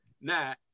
Now